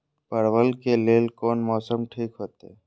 परवल के लेल कोन मौसम ठीक होते?